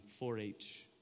4-H